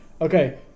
Okay